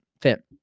fit